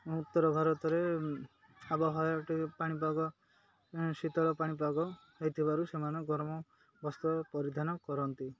ଉତ୍ତର ଭାରତରେ ଆବହାୟ ଟିକେ ପାଣିପାଗ ଶୀତଳ ପାଣିପାଗ ହେଇଥିବାରୁ ସେମାନେ ଗରମ ବସ୍ତ୍ର ପରିଧାନ କରନ୍ତି